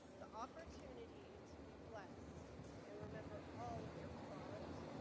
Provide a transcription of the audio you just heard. the opportunity to be blessed and remember all of your fond,